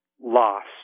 lost